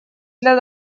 для